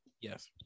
Yes